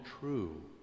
true